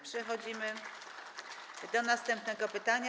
Przechodzimy do następnego pytania.